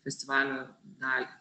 festivalio dalį